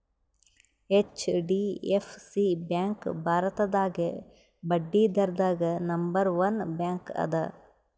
HDFC bank ಭಾರತದಾಗೇ ಬಡ್ಡಿದ್ರದಾಗ್ number one bank ಅದ